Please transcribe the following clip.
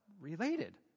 related